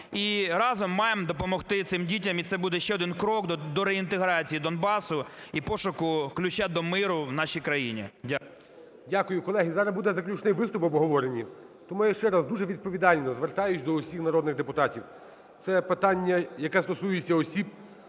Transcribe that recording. І разом маємо допомогти цим дітям і це буде ще один крок до реінтеграції Донбасу і пошуку ключа до миру в нашій країні. Дякую. ГОЛОВУЮЧИЙ. Дякую. Колеги, зараз буде заключний виступ в обговоренні. Тому я ще раз дуже відповідально звертаюсь до усіх народних депутатів. Це питання, яке стосується осіб